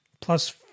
plus